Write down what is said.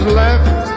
left